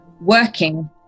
working